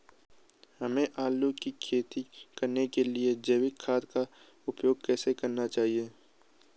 हमें आलू की खेती करने के लिए जैविक खाद का उपयोग कैसे करना चाहिए?